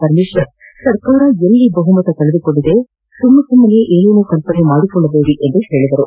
ಪರಮೇಶ್ವರ್ ಸರ್ಕಾರ ಎಲ್ಲಿ ಬಹುಮತ ಕಳೆದುಕೊಂಡಿದೆ ಸುಮ್ಮನೆ ನೀವೇ ಏನೇನೋ ಕಲ್ಪನೆ ಮಾಡಿಕೊಳ್ಳಬೇದಿ ಎಂದು ಹೇಳಿದರು